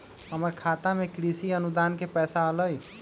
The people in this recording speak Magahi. हमर खाता में कृषि अनुदान के पैसा अलई?